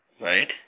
Right